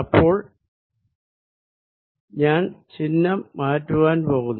ഇപ്പോൾ ഞാൻ ചിഹ്നം മാറ്റുവാൻ പോകുന്നു